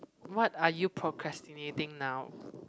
what are you procrastinating now